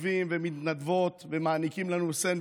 ואתה